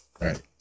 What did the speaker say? Right